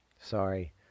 Sorry